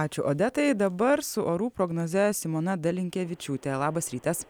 ačiū odetai dabar su orų prognoze simona dalinkevičiūtė labas rytas